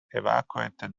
evacuated